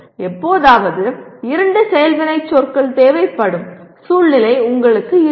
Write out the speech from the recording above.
எப்போதாவது இரண்டு செயல் வினைச்சொற்கள் தேவைப்படும் சூழ்நிலை உங்களுக்கு இருக்கும்